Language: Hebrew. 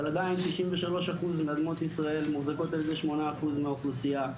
אבל עדיין 93% מאדמות ישראל מוחזקות על ידי 8% מהאוכלוסייה,